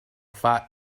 fight